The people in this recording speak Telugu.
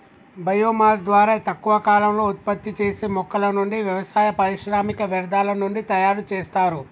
బయో మాస్ ద్వారా తక్కువ కాలంలో ఉత్పత్తి చేసే మొక్కల నుండి, వ్యవసాయ, పారిశ్రామిక వ్యర్థాల నుండి తయరు చేస్తారు